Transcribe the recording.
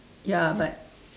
ya but